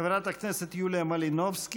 חברת הכנסת יוליה מלינובסקי,